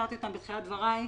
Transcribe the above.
הזכרתי אותם בתחילת דבריי.